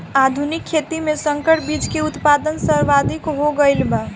आधुनिक खेती में संकर बीज के उत्पादन सर्वाधिक हो गईल बा